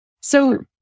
So-